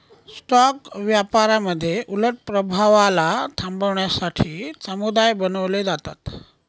stock व्यापारामध्ये उलट प्रभावाला थांबवण्यासाठी समुदाय बनवले जातात